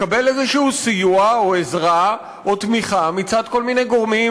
לקבל סיוע כלשהו או עזרה או תמיכה מצד כל מיני גורמים